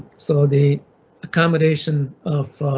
so the accommodation of